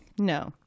No